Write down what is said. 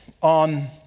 on